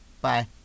Bye